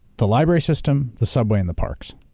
the library system, the subway, and the parks,